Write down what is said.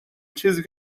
چیزی